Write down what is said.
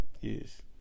Yes